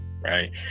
right